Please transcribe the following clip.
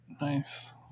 nice